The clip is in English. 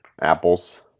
apples